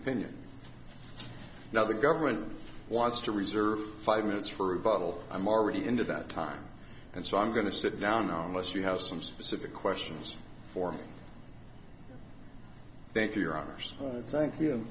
opinion now the government wants to reserve five minutes for a vital i'm already into that time and so i'm going to sit down now unless you have some specific questions for me thank you your honors thank you